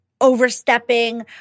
overstepping